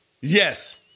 Yes